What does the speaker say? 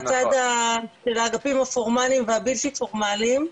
מהצד של האגפים הפורמאליים והבלתי פורמאליים,